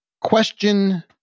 Question